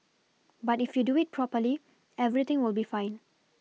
but if you do it properly everything will be fine